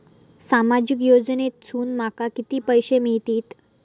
सामाजिक योजनेसून माका किती पैशे मिळतीत?